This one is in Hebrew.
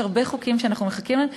יש הרבה חוקים שאנחנו מחכים להם,